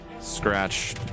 Scratch